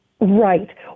right